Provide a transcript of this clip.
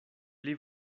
pli